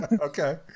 okay